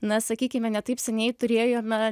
na sakykime ne taip seniai turėjome